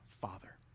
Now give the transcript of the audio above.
Father